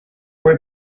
fue